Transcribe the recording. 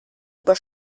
über